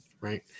right